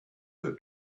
her